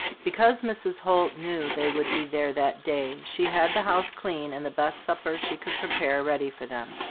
because mrs. holt knew they would be there that day she had the house clean and the best supper she could prepare ready for them.